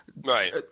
Right